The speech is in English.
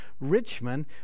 Richmond